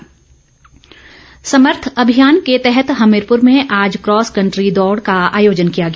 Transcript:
DC Hamirpur समर्थ अभियान के तहत हमीरपुर में आज कॉस कंट्री दौड़ का आयोजन किया गया